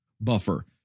buffer